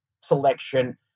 selection